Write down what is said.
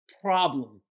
problem